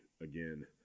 again